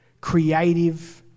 creative